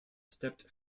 stepped